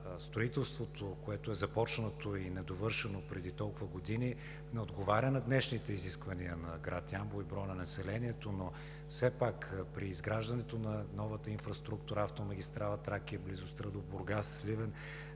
строителството, което е започнато и недовършено преди толкова години, не отговаря на днешните изисквания на град Ямбол и броя на населението. Все пак при изграждането на новата инфраструктура, автомагистрала „Тракия“, близостта да Бургас, Сливен,